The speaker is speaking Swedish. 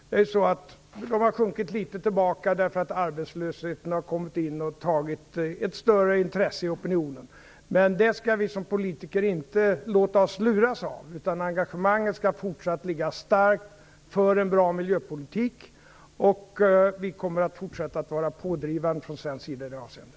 Stödet för dem har sjunkit tillbaka litet därför att arbetslösheten har tagit ett större intresse i opinionen, men det skall vi som politiker inte låta oss luras av, utan engagemanget skall fortsätta att vara starkt för en bra miljöpolitik. Vi kommer också från svensk sida att fortsätta att vara pådrivande i det avseendet.